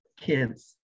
kids